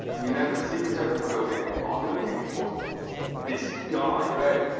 we know that secret service in the building are looking for this guy. right.